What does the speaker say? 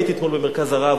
הייתי אתמול ב"מרכז הרב",